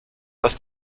dass